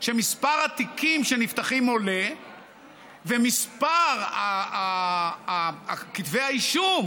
שמספר התיקים שנפתחים עולה ומספר כתבי האישום